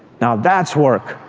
now that's work,